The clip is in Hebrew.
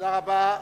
תודה רבה.